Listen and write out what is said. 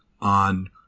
on